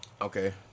Okay